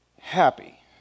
happy